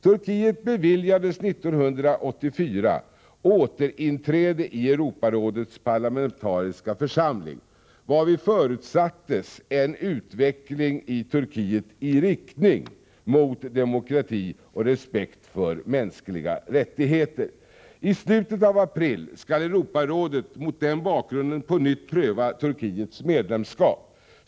Turkiet beviljades 1984 återinträde i Europarådets parlamentariska församling, varvid förutsattes en utveckling i Turkiet i riktning mot demokrati och respekt för mänskliga rättigheter. I slutet av april skall Europarådet mot den bakgrunden på nytt pröva Turkiets medlemskap.